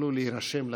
יוכלו להירשם לנאומים.